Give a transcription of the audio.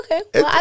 okay